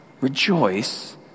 Rejoice